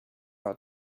are